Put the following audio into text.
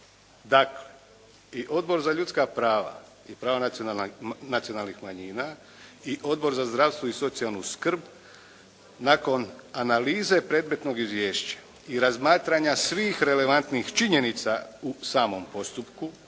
Dakle, i Odbor za ljudska prava i prava nacionalnih manjina i Odbor za zdravstvo i socijalnu skrb nakon analize predmetnog izvješća i razmatranja svih relevantnih činjenica u samom postupku